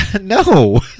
no